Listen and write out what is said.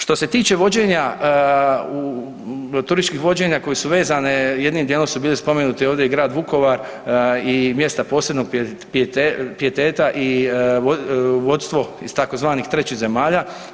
Što se tiče vođenja, turističkih vođenja koje su vezane jednim dijelom su bili spomenuti ovdje i Grad Vukovar i mjesta posebnog pijeteta i vodstvo iz tzv. trećih zemalja.